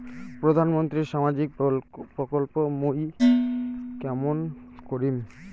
প্রধান মন্ত্রীর সামাজিক প্রকল্প মুই কেমন করিম?